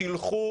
תלכו,